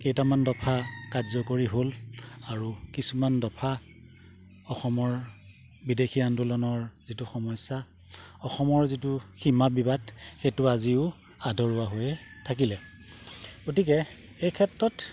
কেইটামান দফা কাৰ্যকৰী হ'ল আৰু কিছুমান দফা অসমৰ বিদেশী আন্দোলনৰ যিটো সমস্যা অসমৰ যিটো সীমা বিবাদ সেইটো আজিও আধৰোৱা হৈ থাকিলে গতিকে এই ক্ষেত্ৰত